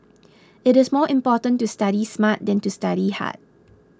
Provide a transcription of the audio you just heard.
it is more important to study smart than to study hard